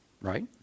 Right